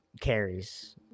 carries